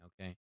Okay